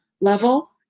level